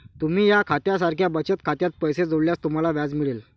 तुम्ही या खात्या सारख्या बचत खात्यात पैसे जोडल्यास तुम्हाला व्याज मिळेल